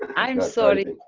and i'm sorry,